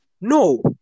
No